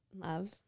Love